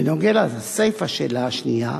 בנוגע לסיפא של השאלה השנייה,